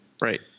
Right